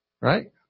Right